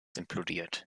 implodiert